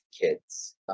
kids